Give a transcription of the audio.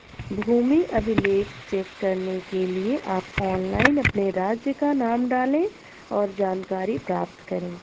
भूमि अभिलेख चेक करने के लिए आप ऑनलाइन अपने राज्य का नाम डालें, और जानकारी प्राप्त करे